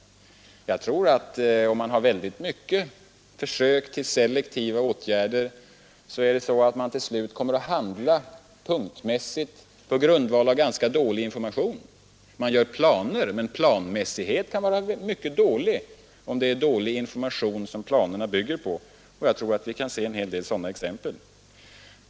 Jag tror att om man gör många försök med selektiva åtgärder, kommer man till slut att handla punktvis på grundval av ganska dålig information. Man gör planer, men planmässighet kan vara mycket dålig om det är dålig information som planerna bygger på. Vi kan nog se en hel del exempel på det.